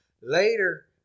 Later